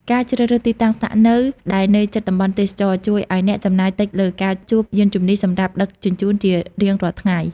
ការជ្រើសរើសទីតាំងស្នាក់នៅដែលនៅជិតតំបន់ទេសចរណ៍ ជួយឱ្យអ្នកចំណាយតិចលើការជួលយានជំនិះសម្រាប់ដឹកជញ្ជូនជារៀងរាល់ថ្ងៃ។